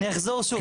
אני אחזור שוב.